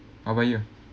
how about you